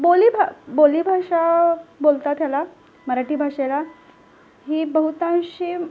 बोली भा बोली भाषा बोलतात ह्याला मराठी भाषेला ही बहुतांशी